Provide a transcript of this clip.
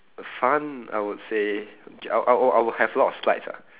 fun I would say I I I would have a lot of slides ah